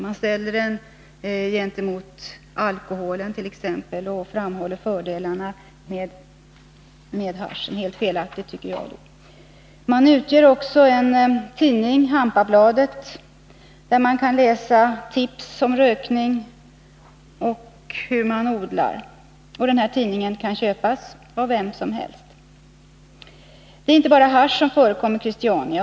Man ställer t.ex. hasch gentemot alkohol och framhåller fördelarna med hasch. Det är helt felaktigt, tycker jag. Det utges cckså en tidning, Hampabladet, där man kan läsa tips om rökning och om hur man odlar. Den här tidningen kan köpas av vem som helst. Det är inte bara hasch som förekommer i Christiania.